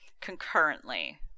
concurrently